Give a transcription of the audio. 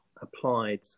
applied